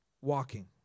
walking